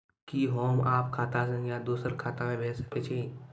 कि होम आप खाता सं दूसर खाता मे भेज सकै छी?